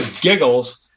giggles